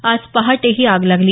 आज पहाटे ही आग लागली